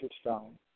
stone